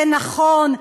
זה נכון,